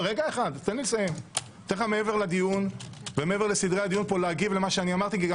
אני נותן לך מעבר לסדרי הדיון להגיב למה שאמרתי כי גם